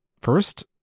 First